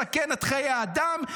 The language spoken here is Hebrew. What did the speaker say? מסכן את חיי האדם,